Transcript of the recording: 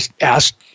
asked